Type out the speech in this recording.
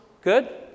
Good